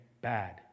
bad